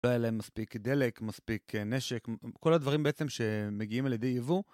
לא היה להם מספיק דלק, מספיק נשק, כל הדברים, בעצם, שמגיעים על ידי ייבוא.